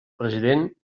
president